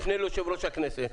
לך תפנה ליושב-ראש הכנסת,